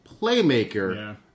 playmaker